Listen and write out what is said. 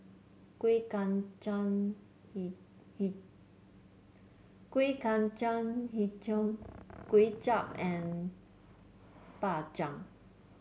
Kueh Kacang he he Kueh Kacang hijau Kway Chap and Bak Chang